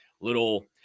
little